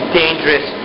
dangerous